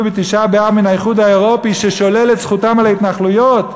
בתשעה באב מן האיחוד האירופי ששולל את זכותם על ההתנחלויות.